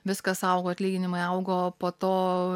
viskas augo atlyginimai augo po to